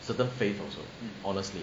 certain faith also honestly